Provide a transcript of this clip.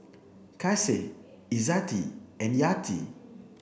Kasih Izzati and Yati